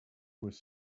was